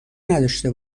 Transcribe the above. نداشته